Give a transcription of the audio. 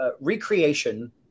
recreation